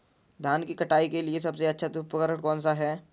धान की कटाई के लिए सबसे अच्छा उपकरण कौन सा है?